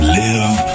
live